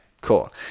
cool